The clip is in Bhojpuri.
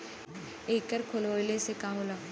एकर खोलवाइले से का होला?